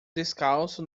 descalço